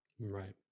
Right